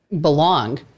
belong